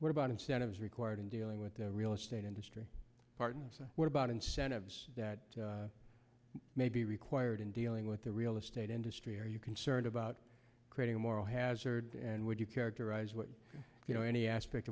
what about incentives required in dealing with the real estate industry part and what about incentives that may be required in dealing with the real estate industry are you concerned about creating a moral hazard and would you characterize what you know any aspect